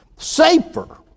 Safer